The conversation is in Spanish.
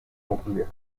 nuclear